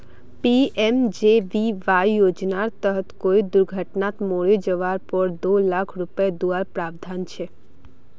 PMJBY योज्नार तहत कोए दुर्घत्नात मोरे जवार पोर दो लाख रुपये दुआर प्रावधान छे